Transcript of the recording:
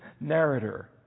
narrator